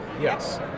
Yes